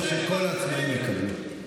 יקבלו התקף לב,